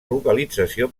localització